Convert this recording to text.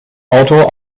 auto